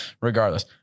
regardless